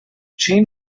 chain